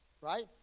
Right